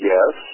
Yes